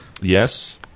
Yes